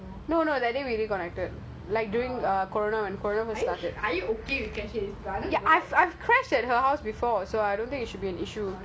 no no that day we didn't connected are you okay